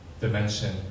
dimension